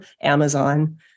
Amazon